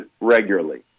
regularly